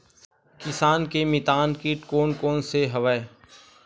किसान के मितान कीट कोन कोन से हवय?